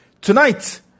Tonight